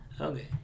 Okay